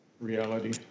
Reality